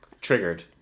Triggered